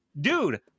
Dude